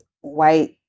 white